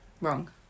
Wrong